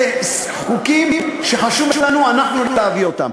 אלה חוקים שחשוב לנו להביא אותם.